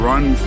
Run